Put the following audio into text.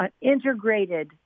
integrated